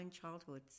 childhoods